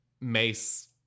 Mace